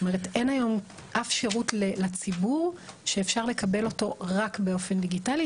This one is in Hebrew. אין היום אף שירות לציבור שאפשר לקבל אותו רק באופן דיגיטלי.